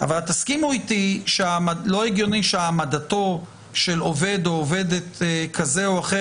אבל תסכימו אתי שלא הגיוני שהעמדתו של עובד או עובדת כזה או אחר